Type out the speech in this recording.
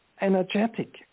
energetic